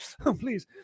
Please